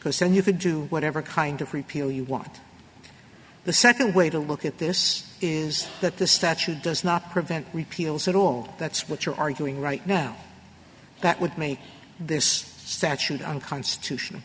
because then you could do whatever kind of repeal you want the second way to look at this is that the statute does not prevent repeals at all that's what you're arguing right now that would make this statute unconstitution